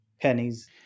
pennies